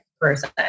person